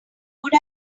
could